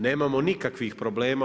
Nemamo nikakvih problema.